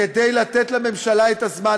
כדי לתת לממשלה את הזמן.